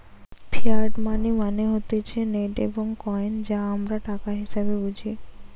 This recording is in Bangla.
ফিয়াট মানি মানে হতিছে নোট এবং কইন যা আমরা টাকা হিসেবে বুঝি